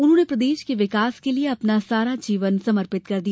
उन्होंने प्रदेश के विकास के लिये अपना सारा जीवन समर्पित कर दिया